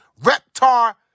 Reptar